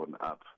up